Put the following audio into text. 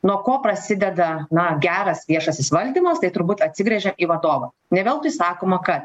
nuo ko prasideda na geras viešasis valdymas tai turbūt atsigręžia į vadovą ne veltui sakoma kad